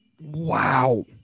Wow